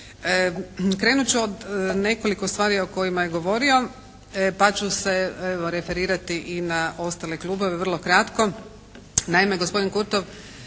Krenut ću od nekoliko stvari o kojima je govorio, pa ću se evo, referirati i na ostale klubove vrlo kratko. Naime, gospodin Kurtov,